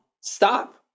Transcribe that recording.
stop